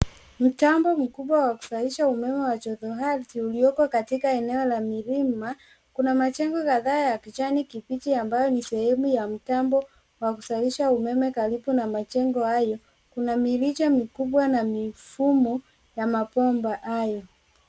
Mtambo mkubwa wa kuzalisha umeme wa joto ardhi ulioko katika eneo la milima. Kuna majengo kadhaa ya kijani kibichi ambayo ni sehemu ya mtambo wa kuzalisha umeme karibu na majengo hayo. Kuna mirija mikubwa na mifumo ya mabomba hayo.